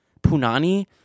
punani